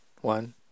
one